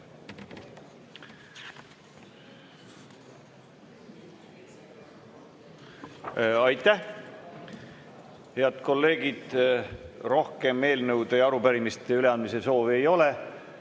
Aitäh! Head kolleegid! Rohkem eelnõude ja arupärimiste üleandmise soovi ei ole.